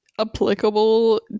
applicable